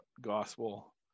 gospel